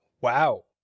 Wow